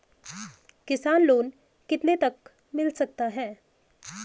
किसान लोंन कितने तक मिल सकता है?